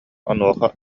онуоха